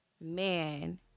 Man